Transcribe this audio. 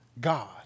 God